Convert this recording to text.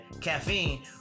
caffeine